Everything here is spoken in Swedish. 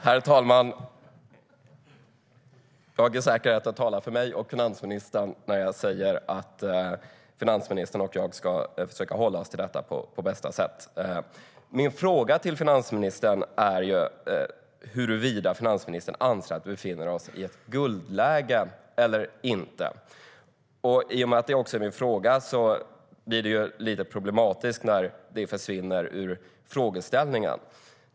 Herr talman! Finansministern och Niklas Wykman, det vill säga undertecknad, får civilisera sitt språk här, vara hövligare och, som många skulle uppfatta det, lite mer ålderdomliga. Jag håller helt med herr talmannen om detta. Jag är säker på att jag även talar för finansministern när jag säger att finansministern och jag på bästa sätt ska försöka hålla oss till reglerna. Min fråga till finansministern är huruvida finansministern anser att vi befinner oss i ett guldläge eller inte. I och med att det är min fråga blir det lite problematiskt när det försvinner ur frågeställningen.